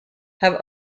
have